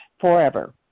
forever